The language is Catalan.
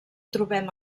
trobem